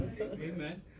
Amen